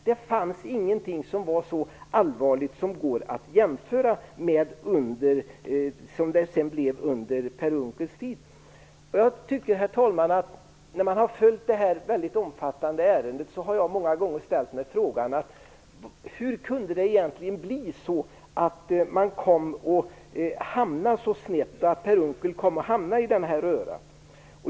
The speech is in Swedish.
Det fanns ingenting som var så allvarligt och som kan jämföras med hur det blev under Per Unckels tid. När jag följt det här väldigt omfattande ärendet har jag många gånger ställt mig frågan: Hur kunde det egentligen bli så att man kom att hamna så snett och att Per Unckel kom att hamna i den här röran?